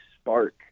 spark